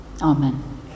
Amen